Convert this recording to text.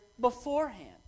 beforehand